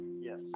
Yes